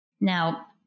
Now